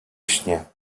śnie